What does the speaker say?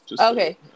Okay